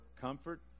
comfort